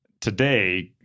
Today